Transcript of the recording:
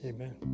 Amen